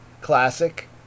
classic